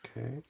Okay